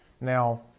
Now